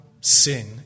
sin